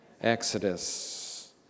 Exodus